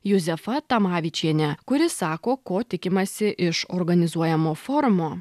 juzefa tamavičiene kuri sako ko tikimasi iš organizuojamo forumo